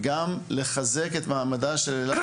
פנינו עכשיו גם לחיזוק מעמדה של אילת